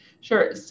Sure